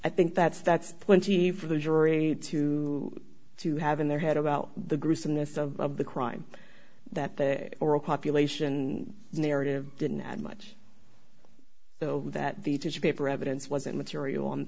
i think that's that's plenty for the jury to to have in their head about the gruesomeness of the crime that the oral copulation narrative didn't add much so that the tissue paper evidence wasn't material